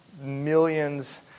millions